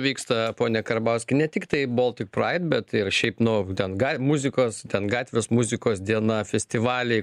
vyksta pone karbauski ne tiktai boltik praid bet šiaip nu ten gali muzikos ten gatvės muzikos diena festivaliai